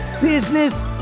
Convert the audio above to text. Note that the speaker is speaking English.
business